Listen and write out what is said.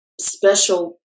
special